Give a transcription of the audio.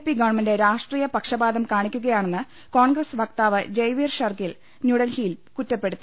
P government രാഷ്ട്രീയ പക്ഷപാതം കാണിക്കുകയാണെന്ന് കോൺഗ്രസ് വക്താവ് ജെയ്വീർ ഷർഗിൽ ന്യൂഡൽഹിയിൽ കുറ്റപ്പെടുത്തി